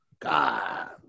God